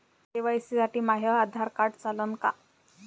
KYC साठी माह्य Aadhaar card चालन का?